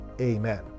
Amen